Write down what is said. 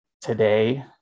today